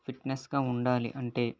fitness గా ఉండాలి అంటే